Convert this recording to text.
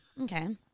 okay